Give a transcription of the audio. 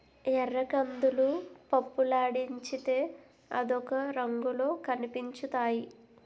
ఎర్రకందులు పప్పులాడించితే అదొక రంగులో కనిపించుతాయి